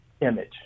image